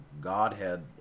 Godhead